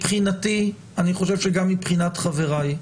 מבחינתי, ואני חושב שגם מבחינת חבריי,